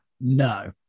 no